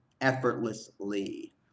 effortlessly